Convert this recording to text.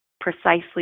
precisely